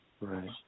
Right